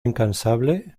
incansable